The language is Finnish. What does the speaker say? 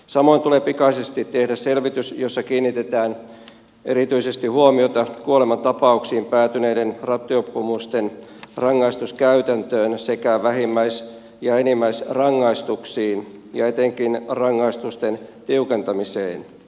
samoin tulee pikaisesti tehdä selvitys jossa kiinnitetään erityisesti huomiota kuolemantapauksiin päätyneiden rattijuopumusten rangaistuskäytäntöön sekä vähimmäis ja enimmäisrangaistuksiin ja etenkin rangaistusten tiukentamiseen